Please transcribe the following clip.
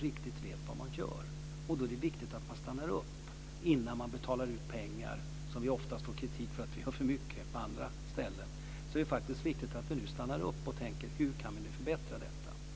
riktigt vet vad man gör när man utreder. Det är viktigt att stanna upp innan man betalar ut pengar. Vi får på andra ställen ofta kritik för att vi gör för mycket, och det är viktigt att vi stannar upp och tänker efter hur vi kan göra förbättringar.